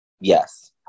Yes